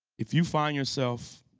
if you find yourself